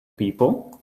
people